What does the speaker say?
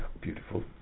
beautiful